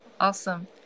Awesome